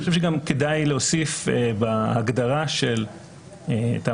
אני חושב שגם כדאי להוסיף בהגדרה של תעמולת